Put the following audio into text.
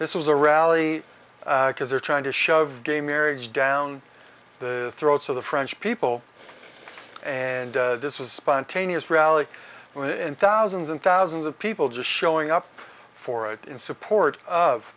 this was a rally because they're trying to shove gay marriage down the throats of the french people and this was spontaneous rally in thousands and thousands of people just showing up for it in support of